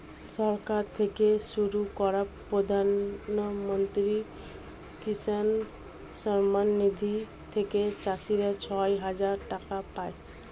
সরকার থেকে শুরু করা প্রধানমন্ত্রী কিষান সম্মান নিধি থেকে চাষীরা ছয় হাজার টাকা পায়